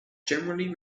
generally